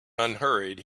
unhurried